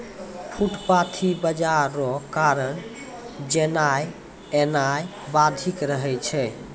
फुटपाटी बाजार रो कारण जेनाय एनाय बाधित रहै छै